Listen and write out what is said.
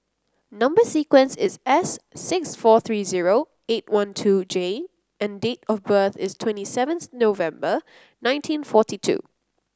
number sequence is S six four three zero eight one two J and date of birth is twenty seven November nineteen forty two